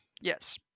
Yes